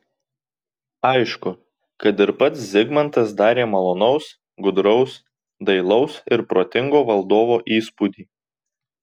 aišku kad ir pats zigmantas darė malonaus gudraus dailaus ir protingo valdovo įspūdį